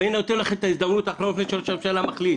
אז אני נותן לך את ההזדמנות אחרונה לפני שראש הממשלה מחליט,